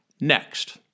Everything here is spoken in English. Next